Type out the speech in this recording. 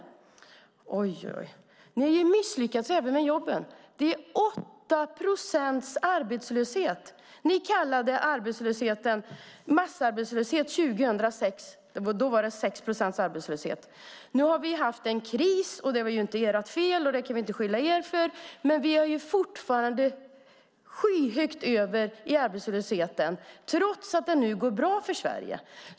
Men ni har ju misslyckats även med jobben. Det är 8 procents arbetslöshet, och ni kallade det massarbetslöshet 2006 när arbetslösheten var 6 procent. Vi har haft en kris, och den var inte ert fel, så vi kan inte skylla på er. Men vi har fortfarande skyhög arbetslöshet trots att det nu går bra för Sverige.